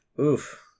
Oof